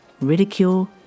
ridicule